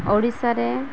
ଓଡ଼ିଶାରେ